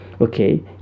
okay